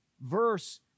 verse